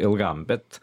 ilgam bet